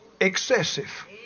excessive